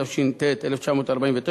התש"ט 1949,